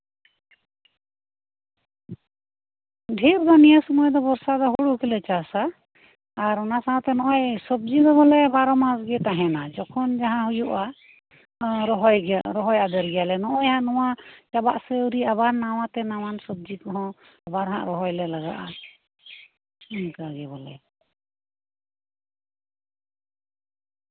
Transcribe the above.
ᱰᱷᱮᱨ ᱫᱚ ᱵᱚᱨᱥᱟ ᱥᱚᱢᱚᱭ ᱫᱚ ᱦᱩᱲᱩ ᱜᱮᱞᱮ ᱪᱟᱥᱟ ᱟᱨ ᱚᱱᱟ ᱥᱟᱶᱛᱮ ᱱᱚᱜᱼᱚᱭ ᱥᱚᱵᱡᱤ ᱠᱚᱦᱚᱸ ᱵᱟᱨᱚᱢᱟᱥ ᱜᱮ ᱛᱟᱦᱮᱸᱱᱟ ᱡᱚᱠᱷᱚᱱ ᱡᱟᱦᱟᱸ ᱦᱩᱭᱩᱜᱼᱟ ᱨᱚᱦᱚᱭ ᱟᱫᱮᱨ ᱜᱮᱭᱟᱞᱮ ᱱᱚᱜᱼᱚᱭ ᱱᱚᱣᱟ ᱪᱟᱵᱟᱜ ᱛᱮ ᱟᱵᱟᱨ ᱱᱟᱣᱟᱛᱮ ᱱᱟᱣᱟᱱ ᱥᱚᱵᱡᱤ ᱠᱚᱦᱚᱸ ᱟᱵᱟᱨ ᱦᱟᱸᱜ ᱨᱚᱦᱚᱭ ᱞᱮ ᱞᱟᱜᱟᱜᱼᱟ ᱚᱱᱠᱟ ᱜᱮ ᱵᱚᱞᱮ